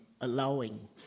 allowing